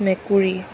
মেকুৰী